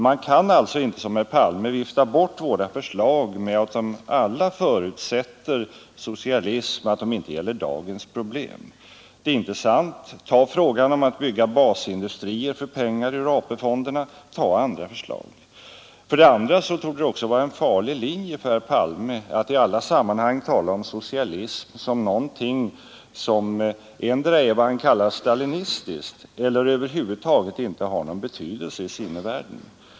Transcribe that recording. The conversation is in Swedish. Man kan alltså inte som herr Palme vifta bort våra förslag med att de alla förutsätter socialism och att de inte gäller dagens problem. Det är inte sant. Ta frågan om att bygga basindustrier för pengar ur AP-fonderna, ta andra förslag. Det torde också vara en farlig linje för herr Palme att i alla sammanhang tala om socialism som någonting som endera är vad han kallar stalinistisk eller över huvud taget inte har någon betydelse i sinnevärlden.